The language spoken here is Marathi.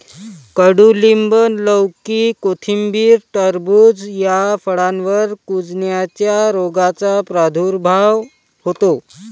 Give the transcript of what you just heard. कडूलिंब, लौकी, कोथिंबीर, टरबूज या फळांवर कुजण्याच्या रोगाचा प्रादुर्भाव होतो